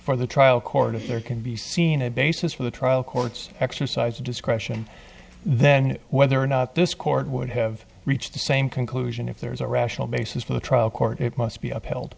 for the trial court if there can be seen a basis for the trial court's exercise of discretion then whether or not this court would have reached the same conclusion if there is a rational basis for the trial court it must be upheld